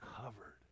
covered